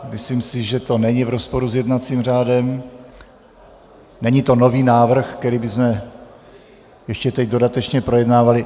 Myslím si, že to není v rozporu s jednacím řádem, není to nový návrh, který bychom ještě teď dodatečně projednávali.